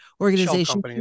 organization